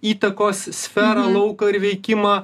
įtakos sferą lauką ir veikimą